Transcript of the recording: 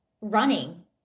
running